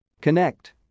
connect